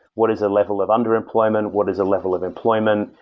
what is the level of underemployment? what is the level of employment?